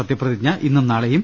സത്യപ്രതിജ്ഞ ഇന്നും നാളെയും